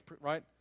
right